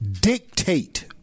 dictate